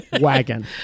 wagon